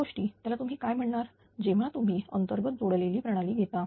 त्या गोष्टी त्याला तुम्ही काय म्हणणार जेव्हा तुम्ही अंतर्गत जोडलेली प्रणाली घेता